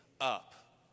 up